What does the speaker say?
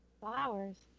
Flowers